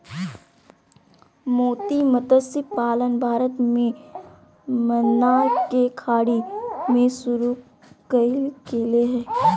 मोती मतस्य पालन भारत में मन्नार के खाड़ी में शुरु कइल गेले हल